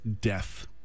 death